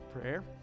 Prayer